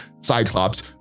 cyclops